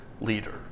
leader